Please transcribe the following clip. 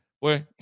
wait